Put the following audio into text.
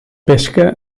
pesca